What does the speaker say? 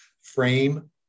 frame